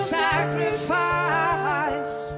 sacrifice